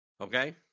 Okay